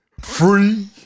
free